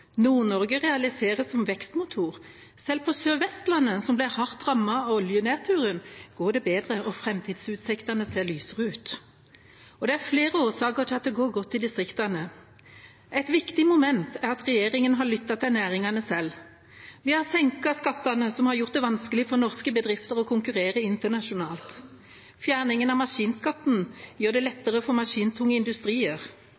Nord-Norge realiseres som vekstmotor, og selv på Sør-Vestlandet, som ble hardt rammet av oljenedturen, går det bedre og fremtidsutsiktene ser lysere ut. Det er flere årsaker til at det går godt i distriktene. Et viktig moment er at regjeringen har lyttet til næringene selv. Vi har senket skattene som har gjort det vanskelig for norske bedrifter å konkurrere internasjonalt. Fjerningen av maskinskatten gjør det